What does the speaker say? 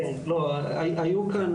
היו כאן